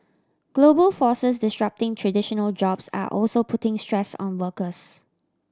global forces disrupting traditional jobs are also putting stress on workers